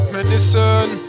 Medicine